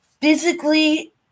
physically